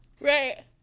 right